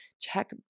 check